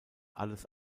alles